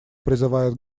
призывает